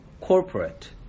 corporate